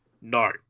No